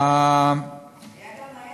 היה גם "העמק".